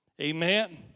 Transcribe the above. Amen